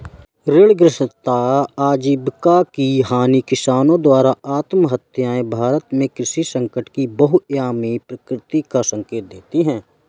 ऋणग्रस्तता आजीविका की हानि किसानों द्वारा आत्महत्याएं भारत में कृषि संकट की बहुआयामी प्रकृति का संकेत देती है